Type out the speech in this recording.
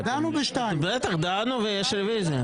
בטח, דנו, ויש רוויזיה.